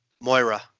Moira